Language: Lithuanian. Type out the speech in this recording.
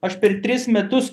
aš per tris metus